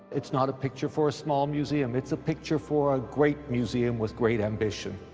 it's not a picture for a small museum, it's a picture for a great museum with great ambition.